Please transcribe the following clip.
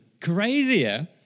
crazier